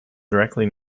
directly